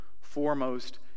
foremost